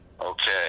Okay